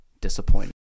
disappointing